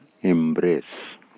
embrace